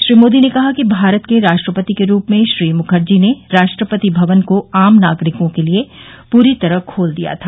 श्री मोदी ने कहा कि भारत के राष्ट्रपति के रूप में श्री मुखर्जी ने राष्ट्रपति भवन को आम नागरिकों के लिए पूरी तरह खोल दिया था